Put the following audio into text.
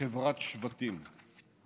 לחברת שבטים.